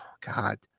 God